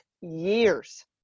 years